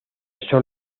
son